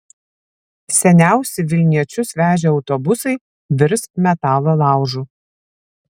seniausi vilniečius vežę autobusai virs metalo laužu